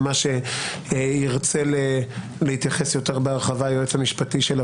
למה שירצה להתייחס יותר בהרחבה היועץ המשפטי של הוועדה,